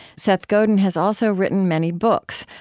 seth godin has also written many books,